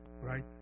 right